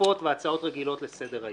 דחופות והצעות רגילות לסדר היום.